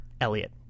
Elliot